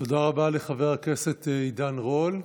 תודה רבה לחבר הכנסת עידן רול.